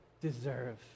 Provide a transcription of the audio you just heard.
deserve